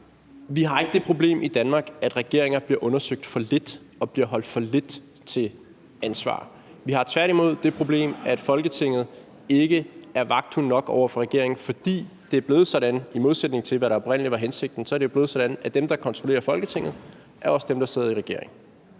Vi har ikke det problem i Danmark, at regeringer bliver undersøgt for lidt og bliver stillet for lidt til ansvar. Vi har tværtimod det problem, at Folketinget ikke er vagthund nok over for regeringen, fordi det, i modsætning til hvad der oprindelig var hensigten, er blevet sådan, at dem, der kontrollerer Folketinget, også er dem, der sidder i regering.